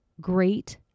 great